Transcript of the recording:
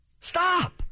Stop